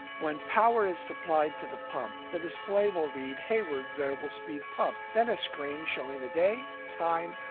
when power is supplied to the pump the display will read hayward variable speed pump. then a screen showing the day, time,